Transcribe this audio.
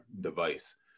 device